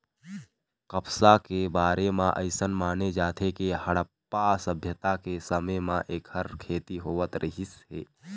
कपसा के बारे म अइसन माने जाथे के हड़प्पा सभ्यता के समे म एखर खेती होवत रहिस हे